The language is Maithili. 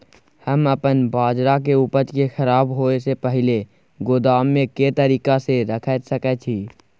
हम अपन बाजरा के उपज के खराब होय से पहिले गोदाम में के तरीका से रैख सके छी?